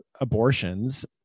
abortions